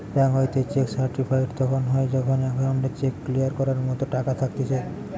bank হইতে cheque certified তখন হয় যখন অ্যাকাউন্টে চেক ক্লিয়ার করার মতো টাকা থাকতিছে